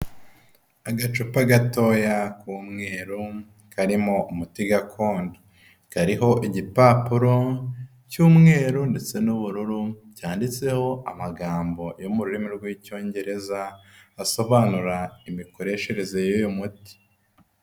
Agacupa gatoya k'umweru karimo umuti gakondo, kariho igipapuro cy'umweru ndetse n'ubururu cyanditseho amagambo yo mu rurimi rw'Icyongereza, asobanura imikoreshereze y'uyu muti.